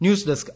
news desk